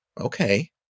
okay